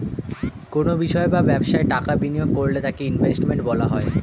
কোনো বিষয় বা ব্যবসায় টাকা বিনিয়োগ করলে তাকে ইনভেস্টমেন্ট বলা হয়